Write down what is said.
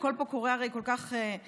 הכול הרי קורה פה כל כך מהר.